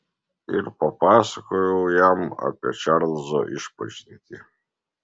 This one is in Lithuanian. ir papasakojau jam apie čarlzo išpažintį